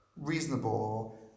reasonable